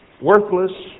worthless